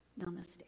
Namaste